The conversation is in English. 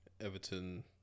Everton